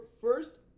first